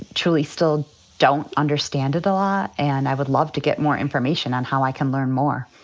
truly still don't understand it a lot. and i would love to get more information on how i can learn more.